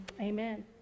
amen